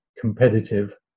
competitive